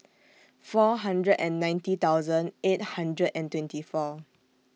four hundred and ninety thousand eight hundred and twenty four